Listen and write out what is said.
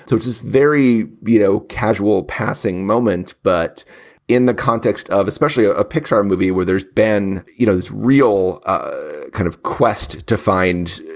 so it is very. you know, casual passing moment, but in the context of especially a pixar movie where there's been, you know, this real ah kind of quest to find,